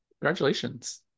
congratulations